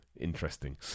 interesting